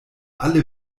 alle